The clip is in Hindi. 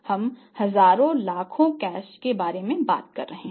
हम हजारों लाखों कैश के बारे में बात कर रहे हैं